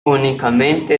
únicamente